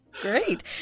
Great